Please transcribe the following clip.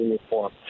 reform